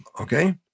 Okay